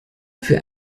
für